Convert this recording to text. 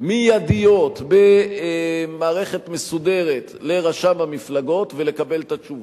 מיידיות במערכת מסודרת לרשם המפלגות ולקבל את התשובות,